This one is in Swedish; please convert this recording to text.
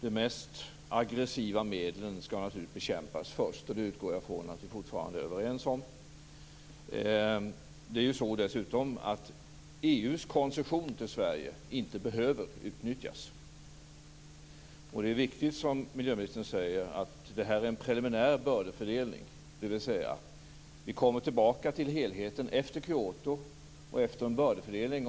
De mest aggressiva medlen skall naturligtvis bekämpas först. Det utgår jag ifrån att vi fortfarande är överens om. EU:s koncession till Sverige behöver inte utnyttjas. Det är viktigt, som miljöministern säger, att det här är en preliminär bördefördelning, dvs. vi kommer tillbaka till helheten efter Kyoto och efter en bördefördelning.